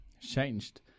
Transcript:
changed